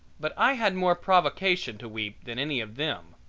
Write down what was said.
but i had more provocation to weep than any of them.